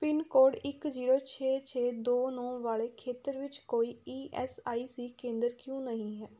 pin code ਇੱਕ zero ਛੇ ਛੇ ਦੋ ਨੌ ਵਾਲੇ ਖੇਤਰ ਵਿੱਚ ਕੋਈ ਈ ਐੱਸ ਆਈ ਸੀ ਕੇਂਦਰ ਕਿਉਂ ਨਹੀਂ ਹੈ